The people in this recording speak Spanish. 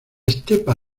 estepa